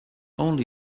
only